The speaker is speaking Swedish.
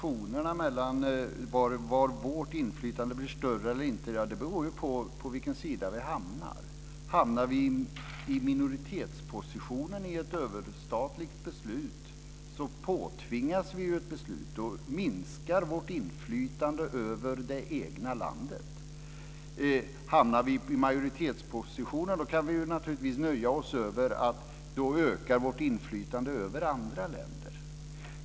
Herr talman! Var vårt inflytande blir större eller inte beror ju på vilken sida vi hamnar på. Om vi hamnar i minoritetspositionen i ett överstatligt beslut påtvingas vi ju ett beslut och minskar vårt inflytande över det egna landet. Om vi hamnar i majoritetspositionen kan vi naturligtvis vara nöjda med att vårt inflytande över andra länder ökar.